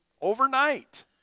overnight